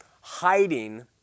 Hiding